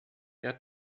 herr